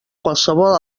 qualsevol